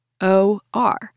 O-R